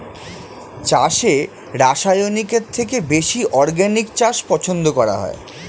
চাষে রাসায়নিকের থেকে বেশি অর্গানিক চাষ পছন্দ করা হয়